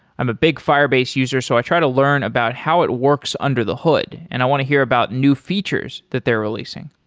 i'm a big firebase user, so i try to learn about how it works under the hood, and i want to hear about new features that they're releasing.